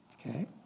okay